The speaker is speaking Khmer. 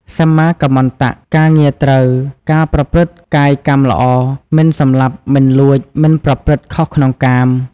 សម្មាកម្មន្តៈ ការងារត្រូវ ការប្រព្រឹត្តកាយកម្មល្អ មិនសម្លាប់ មិនលួច មិនប្រព្រឹត្តខុសក្នុងកាម។